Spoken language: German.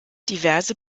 diverse